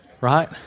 right